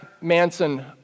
Manson